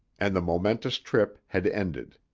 and the momentous trip had ended.